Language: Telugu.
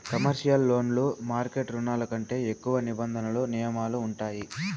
కమర్షియల్ లోన్లు మార్కెట్ రుణాల కంటే ఎక్కువ నిబంధనలు నియమాలు ఉంటాయి